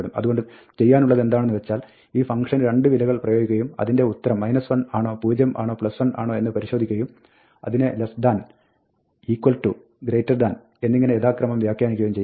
അതുകൊണ്ട് ചെയ്യാനുള്ളതെന്താണെന്ന് വെച്ചാൽ ഈ ഫംഗ്ഷന് രണ്ട് വിലകൾ പ്രയോഗിക്കുകയും അതിൻറെ ഉത്തരം 1 ആണോ പൂജ്യമാണോ 1 ആണോ എന്ന് പരിശോധിക്കുകയും അതിനെ less than equal to greater than എന്നിങ്ങനെ യഥാക്രമം വ്യാഖ്യാനിക്കുകയും ചെയ്യാം